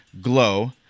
Glow